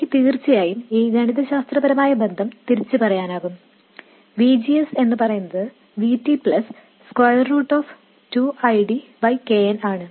എനിക്ക് തീർച്ചയായും ഈ ഗണിതശാസ്ത്രപരമായ ബന്ധം തിരിച്ച് പറയാനാകും V G S എന്നു പറയുന്നത് V T √ 2 I D K n ആണ്